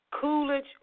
Coolidge